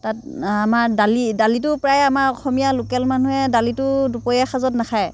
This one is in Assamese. তাত আমাৰ দালি দালিটো প্ৰায় আমাৰ অসমীয়া লোকেল মানুহে দালিটো দুপৰীয়া সাঁজত নাখায়